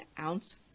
ounce